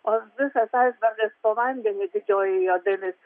o visas aisbergas po vandeniu didžioji jo dalis